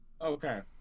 Okay